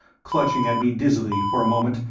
clutching at me dizzily for a moment,